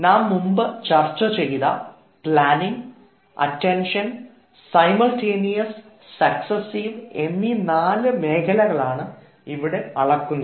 നാം മുമ്പ് ചർച്ച ചെയ്തതിനയ പ്ലാനിംഗ് അറ്റൻഷൻ സൈമൾടെനിയസ് സക്സ്സീവ് എന്നീ നാല് മേഖലകളാണ് ഇവിടെ അളക്കുന്നത്